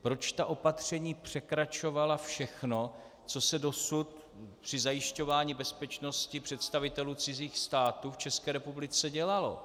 Proč ta opatření překračovala všechno, co se dosud při zajišťování bezpečnosti představitelů cizích států v České republice dělalo?